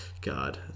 God